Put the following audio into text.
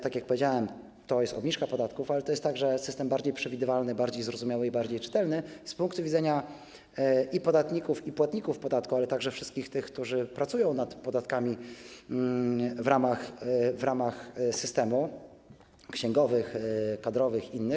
Tak jak powiedziałem, to jest obniżka podatków, ale to jest także system bardziej przewidywalny, bardziej zrozumiały i bardziej czytelny z punktu widzenia i podatników, i płatników podatku, ale także wszystkich tych, którzy pracują nad podatkami w ramach systemu - księgowych, kadrowych, innych.